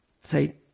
say